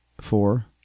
Four